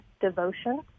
devotion